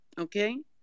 Okay